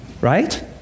right